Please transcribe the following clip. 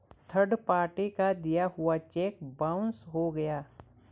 third party का दिया हुआ चेक बाउंस हो गया